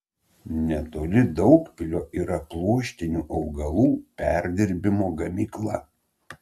netoli daugpilio yra pluoštinių augalų perdirbimo gamykla